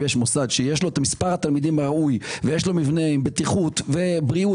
אם יש מוסד שיש לו מספר תלמידים ראוי ויש לו מבנה עם בטיחות ובריאות